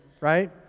Right